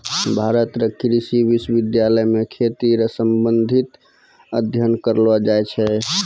भारत रो कृषि विश्वबिद्यालय मे खेती रो संबंधित अध्ययन करलो जाय छै